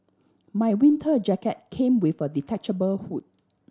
my winter jacket came with a detachable hood